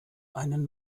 einen